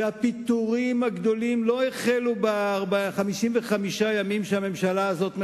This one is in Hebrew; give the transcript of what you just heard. והפיטורים הגדולים לא החלו ב-55 הימים שהממשלה הזאת מכהנת.